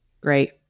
Great